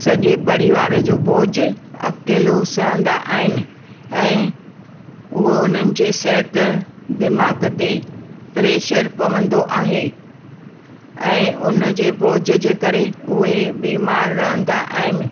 सॼे परिवार जो बोझ अकेलो सहंदा आहिनि ऐं उहो हुननि जे सिहत दिमाग़ ते प्रेशर पवंदो आहे ऐं उन जे भोज जे करे उहे बीमार रहंदा आहिनि